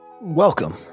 welcome